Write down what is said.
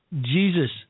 Jesus